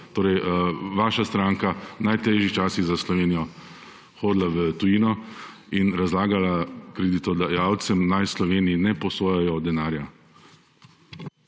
torej vaša stranka v najtežjih časih za Slovenijo hodila v tujino in razlagala kreditodajalcem naj Sloveniji ne posojajo denarja.